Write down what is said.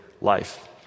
life